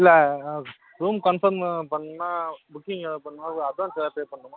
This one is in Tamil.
இல்லை ரூம் கண்ஃபார்ம் பண்ணும்ன்னா புக்கிங் எதாவது பண்ணும்னா இல்லை அட்வான்ஸ் எதாவது பே பண்ணணுமா